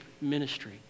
ministry